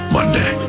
Monday